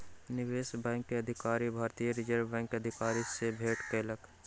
निवेशक बैंक के अधिकारी, भारतीय रिज़र्व बैंकक अधिकारी सॅ भेट केलक